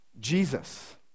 Jesus